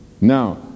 Now